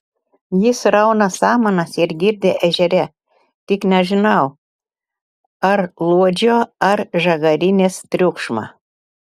jis rauna samanas ir girdi ežere tik nežinau ar luodžio ar žagarinės triukšmą